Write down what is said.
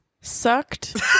sucked